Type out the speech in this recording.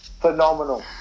phenomenal